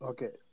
Okay